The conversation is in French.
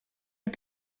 est